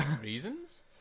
Reasons